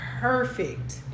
perfect